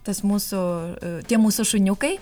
tas mūsų tie mūsų šuniukai